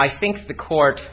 i think the court